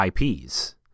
IPs